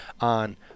on